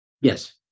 Yes